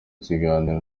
kiganiro